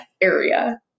area